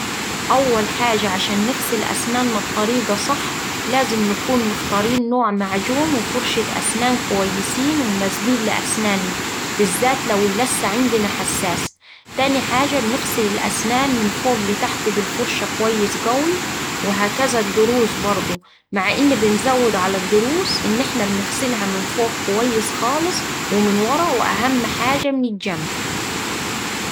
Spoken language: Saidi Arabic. أول حاجة عشان نغسل أسنانا بطريقة صح لازم نكون مختارين نوع معجون وفرشة أسنان كويسين ومناسبين لأسنانا بالذات لو اللثة عندنا حساسة. تاني حاجة بنغسل الأسنان من فوق لتحت بالفرشة كويس قوي وهكذا الضروس برده مع إن بنزود على الضروس إن إحنا بنغسلها من فوق كويس خالص ومن ورا وأهم حاجة من الجنب.